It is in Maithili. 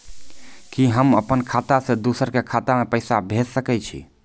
कि होम अपन खाता सं दूसर के खाता मे पैसा भेज सकै छी?